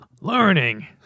Learning